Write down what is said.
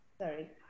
Sorry